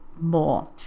more